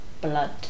blood